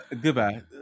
Goodbye